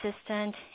assistant